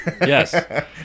yes